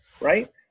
right